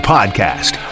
Podcast